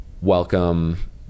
welcome